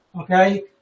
Okay